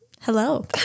Hello